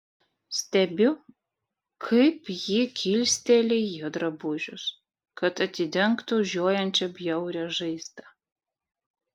stebiu kaip ji kilsteli jo drabužius kad atidengtų žiojančią bjaurią žaizdą